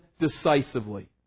decisively